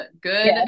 good